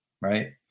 right